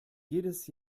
jedes